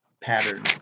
pattern